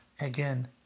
again